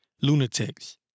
lunatics